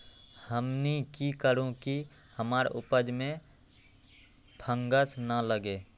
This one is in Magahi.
हमनी की करू की हमार उपज में फंगस ना लगे?